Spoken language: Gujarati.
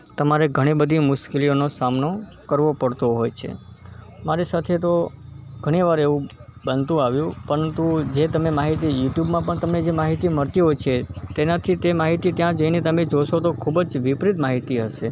તમારે ઘણી બધી મુશ્કેલીઓનો સામનો કરવો પડતો હોય છે મારી સાથે તો ઘણીવાર એવું બનતું આવ્યું પરંતુ જે તમને માહિતી યુટ્યુબમાં પણ તમને જે માહિતી મળતી હોય છે તેનાથી તે માહિતી ત્યાં જઈને તમે જોશો તો ખૂબ જ વિપરીત માહિતી હશે